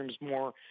more